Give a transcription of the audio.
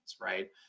right